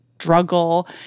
struggle